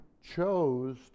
chose